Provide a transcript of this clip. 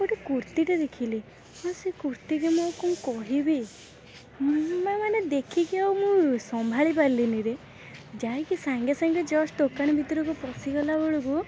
ଗୋଟେ କୁର୍ତ୍ତୀଟେ ଦେଖିଲି ଆଉ ସେ କୁର୍ତ୍ତୀକୁ ମୁଁ କ'ଣ କହିବି ମୁଁ ନା ମାନେ ଦେଖିକି ଆଉ ମୁଁ ସମ୍ଭାଳି ପାରିଲିନି ରେ ଯାଇକି ସାଙ୍ଗେସାଙ୍ଗେ ଜଷ୍ଟ ଦୋକାନ ଭିତରକୁ ପଶିଗଲା ବେଳକୁ